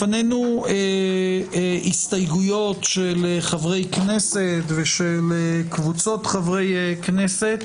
לפנינו הסתייגויות של חברי כנסת ושל קבוצות חברי כנסת.